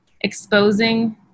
exposing